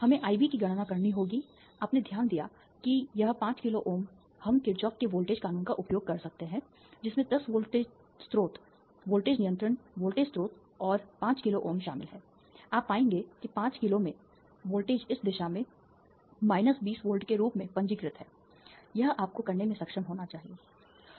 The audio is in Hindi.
हमें IB की गणना करनी होगी आपने ध्यान दिया कि यह 5 किलो हम किरचॉफ के वोल्टेज कानून का उपयोग कर सकते हैं जिसमें 10 वोल्ट स्रोत वोल्टेज नियंत्रण वोल्टेज स्रोत और 5 किलो Ω शामिल है आप पाएंगे कि 5 किलो में वोल्टेज इस दिशा में 20 वोल्ट के रूप में पंजीकृत है यह आपको करने में सक्षम होना चाहिए